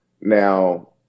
Now